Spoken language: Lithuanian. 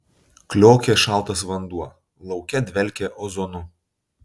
kliokė šaltas vanduo lauke dvelkė ozonu